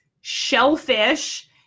shellfish